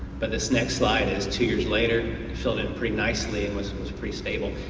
but this next slide is two years later. it filled in pretty nicely and was pretty stable.